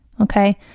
okay